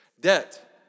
Debt